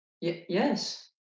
yes